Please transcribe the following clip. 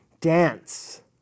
dance